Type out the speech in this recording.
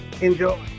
Enjoy